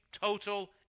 total